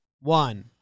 One